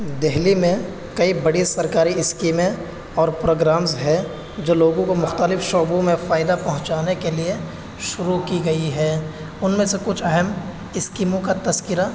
دہلی میں کئی بڑی سرکاری اسکیمیں اور پروگرامز ہے جو لوگوں کو مختلف شعبوں میں فائدہ پہنچانے کے لیے شروع کی گئی ہے ان میں سے کچھ اہم اسکیموں کا تذکرہ